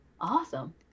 Awesome